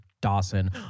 Dawson